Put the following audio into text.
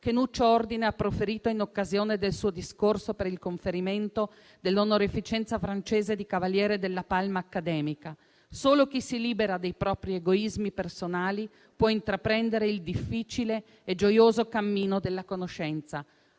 che Nuccio Ordine ha proferito in occasione del suo discorso per il conferimento dell'onorificenza francese di cavaliere dell'Ordine delle Palme accademiche: solo chi si libera dei propri egoismi personali può intraprendere il difficile e gioioso cammino della conoscenza.